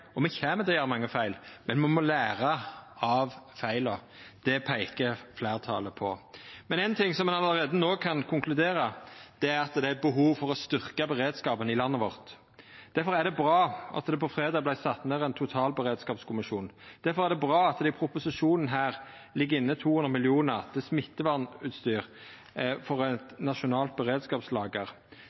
og me kjem til å gjera mange feil, men me må læra av feila. Det peiker fleirtalet på. Ein ting som ein alt no kan konkludera med, er at det er behov for å styrkja beredskapen i landet vårt. Difor er det bra at det på fredag vart sett ned ein totalberedskapskommisjon. Difor er det bra at det her i proposisjonen ligg inne 200 mill. kr til smittevernutstyr for eit nasjonalt beredskapslager.